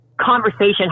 conversation